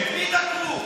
את מי דקרו?